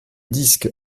disque